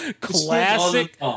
Classic